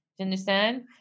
understand